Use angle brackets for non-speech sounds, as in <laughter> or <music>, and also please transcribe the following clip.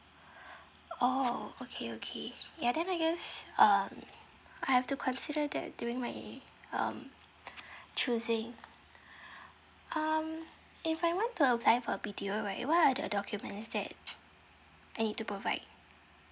<breath> oh okay okay ya then I guess um I have to consider that during my um <breath> choosing <breath> um if I want to apply for a B_T_O right what are the documents that I need to provide